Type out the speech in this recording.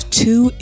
two